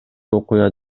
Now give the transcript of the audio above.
окуя